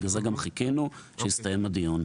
ולכן גם חיכינו שהדיון יסתיים.